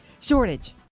Shortage